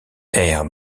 errent